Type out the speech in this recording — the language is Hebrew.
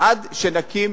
עד שנקים